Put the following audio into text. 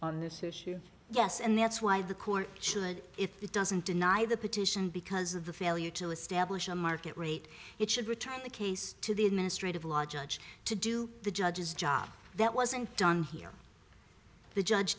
on this issue yes and that's why the court should if he doesn't deny the petition because of the failure to establish a market rate it should return the case to the administrative law judge to do the judge's job that wasn't done here the judge